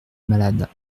malade